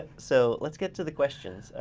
so let's get to the questions.